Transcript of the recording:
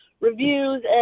Reviews